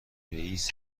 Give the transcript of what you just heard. رئیس